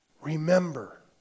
Remember